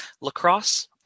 lacrosse